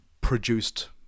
produced